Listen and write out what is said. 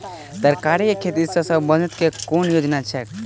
तरकारी केँ खेती सऽ संबंधित केँ कुन योजना छैक?